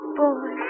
boy